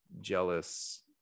jealous